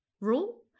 rule